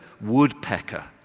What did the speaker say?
woodpecker